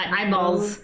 Eyeballs